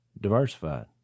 diversified